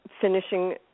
finishing